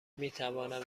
میتوانم